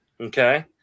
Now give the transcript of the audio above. Okay